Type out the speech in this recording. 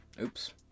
oops